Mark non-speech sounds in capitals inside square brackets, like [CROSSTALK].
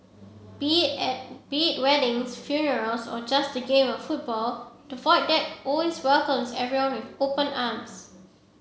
be [UNINTELLIGIBLE] be it weddings funerals or just game of football the Void Deck always welcomes everyone with open arms